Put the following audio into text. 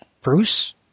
Bruce